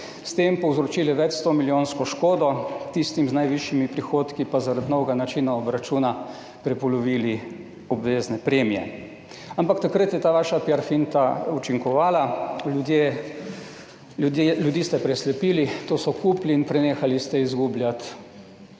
S tem povzročili več sto milijonsko škodo. Tistim z najvišjimi prihodki, pa zaradi novega načina obračuna prepolovili obvezne premije. Ampak takrat je ta vaša piarfinta učinkovala - ljudi ste preslepili, to so kupili in prenehali ste izgubljati